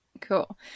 Cool